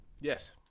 Yes